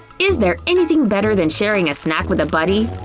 is there anything better than sharing a snack with a buddy?